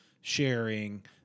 sharing